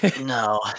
No